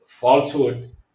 falsehood